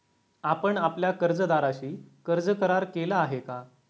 आपण आपल्या कर्जदाराशी कर्ज करार केला आहे का?